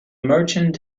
merchant